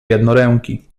jednoręki